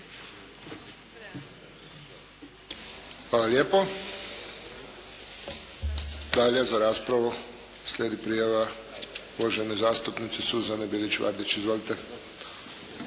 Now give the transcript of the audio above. Hvala lijepo. Dalje za raspravu slijedi prijava uvažene zastupnice Suzane Bilić Vardić. Izvolite.